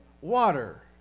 water